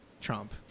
Trump